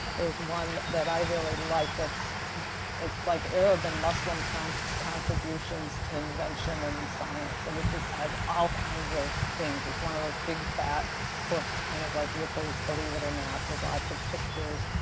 there's one that i really like that's it's like arab and muslim kind of contributions to invention and science and it just has all kinds of things. it's one of those big fat books, kind of like ripley's believe it or not with lots of pictures.